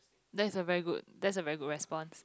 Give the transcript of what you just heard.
that is a very good that is a very good response